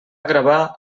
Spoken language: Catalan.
gravar